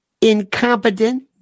incompetent